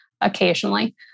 occasionally